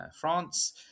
France